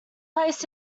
placed